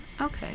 Okay